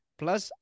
plus